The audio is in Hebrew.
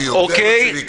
אוקיי?